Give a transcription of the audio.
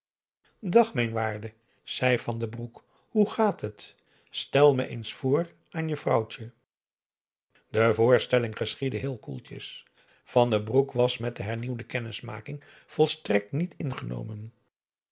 dag mijn waarde van den broek hoe gaat het stel me eens voor aan je vrouwtje de voorstelling geschiedde heel koeltjes van den broek was met de hernieuwde kennismaking volstrekt niet ingenomen